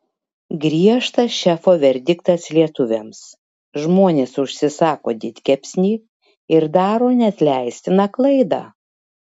griežtas šefo verdiktas lietuviams žmonės užsisako didkepsnį ir daro neatleistiną klaidą